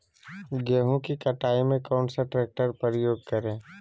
गेंहू की कटाई में कौन सा ट्रैक्टर का प्रयोग करें?